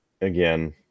again